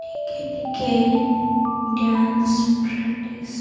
ଟିକେ ଟିକେ dance practice